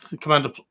Commander